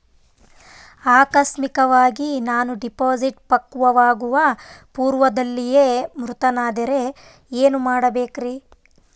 ಆಕಸ್ಮಿಕವಾಗಿ ನಾನು ಡಿಪಾಸಿಟ್ ಪಕ್ವವಾಗುವ ಪೂರ್ವದಲ್ಲಿಯೇ ಮೃತನಾದರೆ ಏನು ಮಾಡಬೇಕ್ರಿ?